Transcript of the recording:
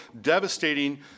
devastating